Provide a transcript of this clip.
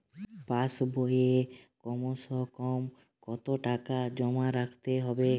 পাশ বইয়ে কমসেকম কত টাকা জমা রাখতে হবে?